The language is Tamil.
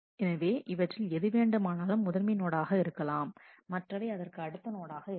எனவே இவற்றில் எது வேண்டுமானாலும் முதன்மை நோடு ஆக இருக்கலாம் மற்றவை அதற்கு அடுத்த நோடு ஆக இருக்கலாம்